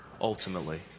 ultimately